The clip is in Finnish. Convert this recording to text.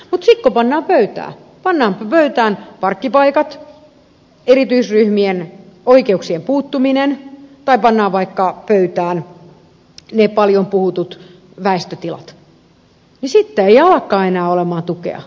mutta sitten kun pannaan pöytään parkkipaikat erityisryhmien oikeuksien puuttuminen tai pannaan vaikka pöytään ne paljon puhutut väestötilat niin ei alakaan enää olla tukea